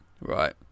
Right